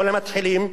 או למתחילים,